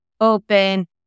open